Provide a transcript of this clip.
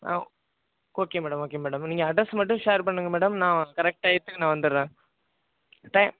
ஆ okay madam okay madam நீங்கள் address மட்டும் share பண்ணுங்கள் மேடம் நான் கரெக்ட் டையத்துக்கு நான் வந்துறேன் டையம்